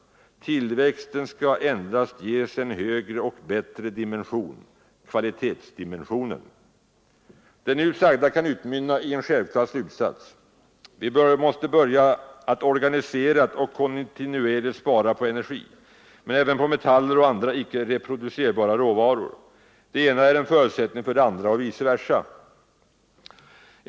Tillväxten skall endast ges en högre och bättre dimension: kvalitetsdimensionen. Det nu sagda kan utmynna i en självklar slutsats: vi måste börja att organiserat och kontinuerligt spara på energi men även på metaller och andra icke reproducerbara råvaror. Det ena är en förutsättning för det andra och vice versa.